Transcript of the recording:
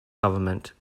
government